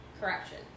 corruption